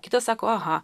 kitas sako aha